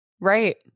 Right